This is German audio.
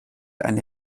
eine